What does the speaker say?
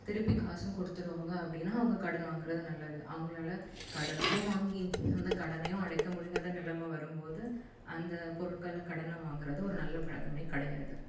திருப்பி காசும் கொடுத்துருவாங்க அப்படின்னா அவங்க கடன் வாங்குகிறது நல்லது அவங்களால கடனுக்கும் வாங்கி அந்த கடனையும் அடைக்க முடியாத நிலம வரும்போது அந்த பொருட்களை கடனை வாங்குகிறது ஒரு நல்ல பழக்கமே கிடையாது